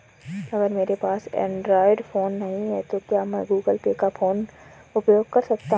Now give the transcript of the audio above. अगर मेरे पास एंड्रॉइड फोन नहीं है तो क्या मैं गूगल पे का उपयोग कर सकता हूं?